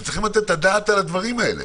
אתם צריכים לתת את הדעת על הדברים האלה.